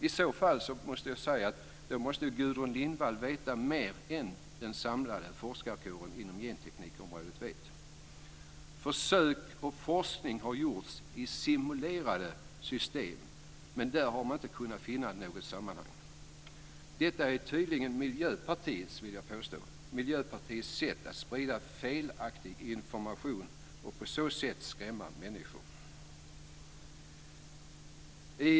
I så fall måste Gudrun Lindvall veta mer än vad den samlade forskarkåren inom genteknikområdet vet. Försök och forskning har gjorts in simulerade system, men där har man inte kunnat finna något samband. Detta är tydligen Miljöpartiets sätt - vill jag påstå - att sprida felaktig information och på så sätt skrämma människor.